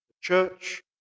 church